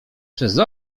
przez